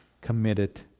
committed